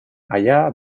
allà